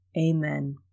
Amen